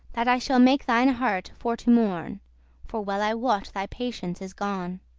that i shall make thine hearte for to mourn for well i wot thy patience is gone.